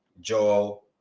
Joel